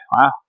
Wow